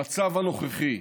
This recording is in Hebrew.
המצב הנוכחי,